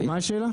מה השאלה?